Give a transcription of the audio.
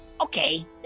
okay